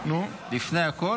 לפני הכול,